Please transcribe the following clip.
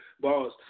boss